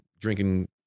drinking